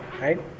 right